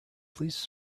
please